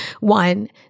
One